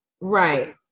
Right